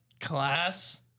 class